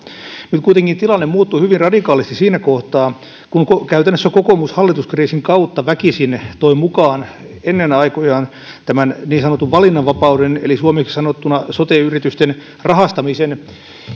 nyt kuitenkin tilanne muuttui hyvin radikaalisti siinä kohtaa kun kun käytännössä kokoomus hallituskriisin kautta väkisin toi mukaan ennen aikojaan tämän niin sanotun valinnanvapauden eli suomeksi sanottuna sote yritysten rahastamisen